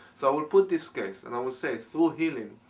so i will put this case and i will say, through healing,